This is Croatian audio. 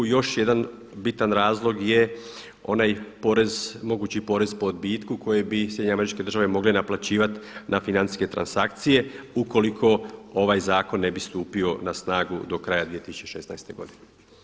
I još jedan bitan razlog je onaj porez, mogući porez po odbitku koje bi SAD mogle naplaćivati na financijske transakcije ukoliko ovaj zakon ne bi stupio na snagu do kraja 2016. godine.